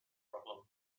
problem